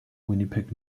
winnipeg